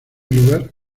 lugar